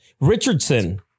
Richardson